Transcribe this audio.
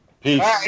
Peace